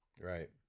Right